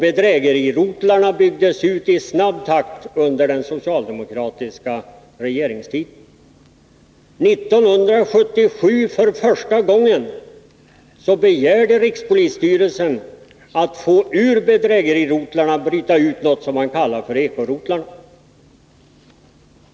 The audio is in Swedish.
Bedrägerirotlarna byggdes ut i snabb takt under den socialdemokratiska regeringstiden. 29 1977 begärde rikspolisstyrelsen, för första gången, att ur bedrägerirotlarna få bryta ut något som man kallade för eko-rotlarna.